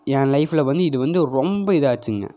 என் லைஃப்பில் வந்து இது வந்து ரொம்ப இதாச்சுங்க